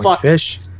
Fish